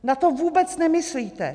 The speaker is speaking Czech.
Na to vůbec nemyslíte!